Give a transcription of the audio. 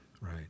Right